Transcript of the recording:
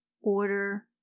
order